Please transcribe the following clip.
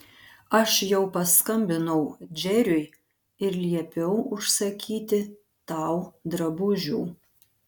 aš jau paskambinau džeriui ir liepiau užsakyti tau drabužių